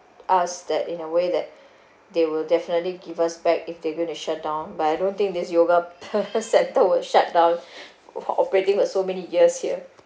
us that in a way that they will definitely give us back if they're going to shut down but I don't think this yoga centre will shutdown operating for so many years here